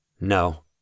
No